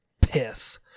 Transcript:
Piss